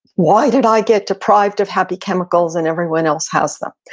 why did i get deprived of happy chemicals and everyone else has them?